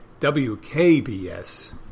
WKBS